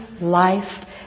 life